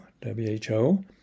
W-H-O